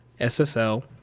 SSL